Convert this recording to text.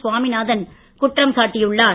சுவாமிநாதன் குற்றம் சாட்டியுள்ளார்